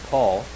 Paul